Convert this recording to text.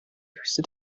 höchste